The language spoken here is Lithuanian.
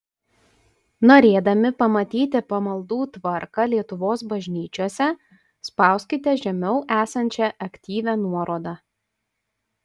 norėdami pamatyti pamaldų tvarką lietuvos bažnyčiose spauskite žemiau esančią aktyvią nuorodą